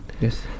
Yes